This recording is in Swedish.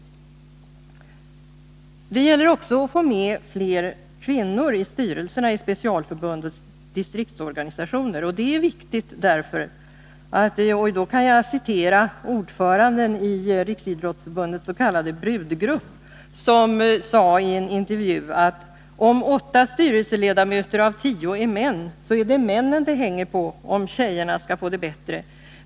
Det gäller också att få med fler kvinnor i styrelserna i specialförbundens distriktsorganisationer. Det är viktigt. Ordföranden i Riksidrottsförbundets s.k. brudgrupp sade i en intervju: ”Om åtta styrelseledamöter av tio är män, så är det männen det hänger på om tjejerna skall få det bättre.